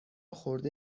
خورده